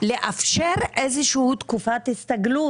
לאפשר איזה שהיא תקופת הסתגלות.